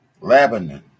Lebanon